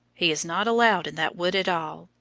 he is not allowed in that wood at all.